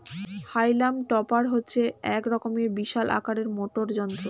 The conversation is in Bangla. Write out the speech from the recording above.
হাইলাম টপার হচ্ছে এক রকমের বিশাল আকারের মোটর যন্ত্র